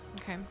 Okay